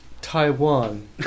Taiwan